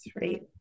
right